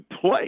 play